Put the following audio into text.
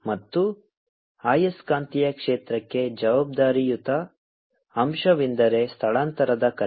ಮತ್ತು ಆಯಸ್ಕಾಂತೀಯ ಕ್ಷೇತ್ರಕ್ಕೆ ಜವಾಬ್ದಾರಿಯುತ ಅಂಶವೆಂದರೆ ಸ್ಥಳಾಂತರದ ಕರೆಂಟ್